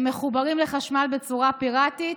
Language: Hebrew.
מחוברים לחשמל בצורה פיראטית,